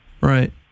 right